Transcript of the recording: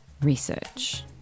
Research